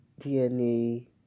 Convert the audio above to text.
DNA